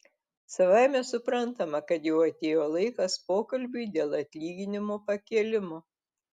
savaime suprantama kad jau atėjo laikas pokalbiui dėl atlyginimo pakėlimo